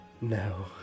No